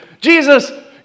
Jesus